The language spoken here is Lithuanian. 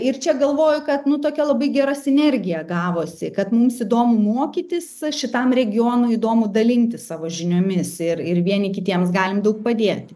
ir čia galvoju kad nu tokia labai gera sinergija gavosi kad mums įdomu mokytis šitam regionui įdomu dalintis savo žiniomis ir ir vieni kitiems galim daug padėti